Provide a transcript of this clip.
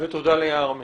ותודה ליער אמיר.